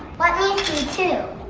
let me see too!